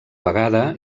vegada